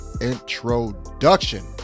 introduction